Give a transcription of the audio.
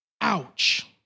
Ouch